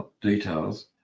details